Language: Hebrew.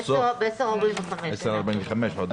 ב-10:45.